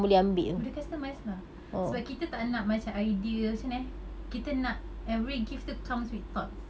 boleh customise lah sebab kita tak nak macam idea macam mana eh kita nak every gift tu comes with thought